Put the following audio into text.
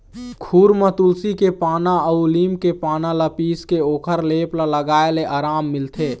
खुर म तुलसी के पाना अउ लीम के पाना ल पीसके ओखर लेप ल लगाए ले अराम मिलथे